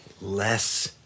less